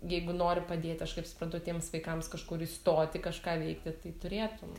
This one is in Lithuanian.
jeigu nori padėti aš kaip suprantu tiems vaikams kažkur įstoti kažką veikti tai turėtum